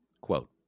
quote